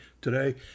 today